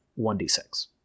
1d6